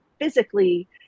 physically